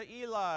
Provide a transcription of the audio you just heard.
Eli